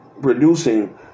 producing